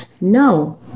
no